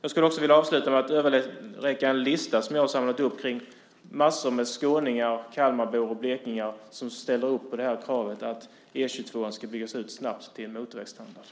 Allra sist vill jag också överräcka en lista som jag har samlat ihop över massor av skåningar, Kalmarbor och blekingar som ställer upp på kravet att E 22:an snabbt ska byggas ut till motorvägsstandard.